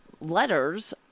letters